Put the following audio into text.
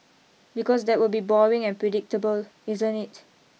because that will be boring and predictable isn't it